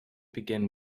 begin